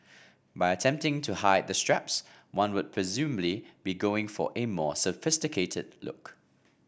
by attempting to hide the straps one would presumably be going for a more sophisticated look